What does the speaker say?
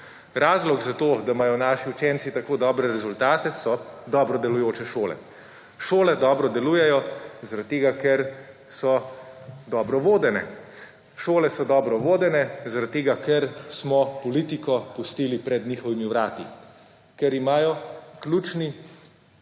Razlog za to, da imajo naši učenci tako dobre rezultate so dobro delujoče šole. Šole dobro delujejo, zaradi tega, ker so dobro vodene. Šole so dobro vodene zaradi tega, ker smo politiko pustili pred njihovimi vrati, ker imajo ključno